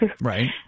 Right